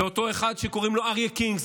לאותו אחד שקוראים לו אריה קינג,